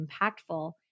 impactful